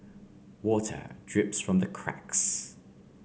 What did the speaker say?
water drips from the cracks